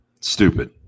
Stupid